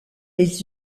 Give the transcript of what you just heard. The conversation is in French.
les